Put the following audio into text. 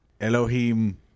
Elohim